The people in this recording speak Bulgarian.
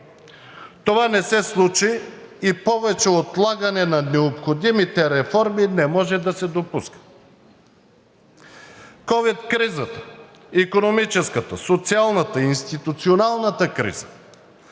Това не се случи и отлагането на необходимите реформи повече не може да се допуска. Ковид кризата, икономическата, социалната, институционалната криза,